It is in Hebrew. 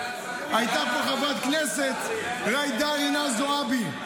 הייתה פה חברת הכנסת ג'ידא רינאוי זועבי.